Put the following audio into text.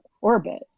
orbit